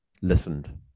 Listened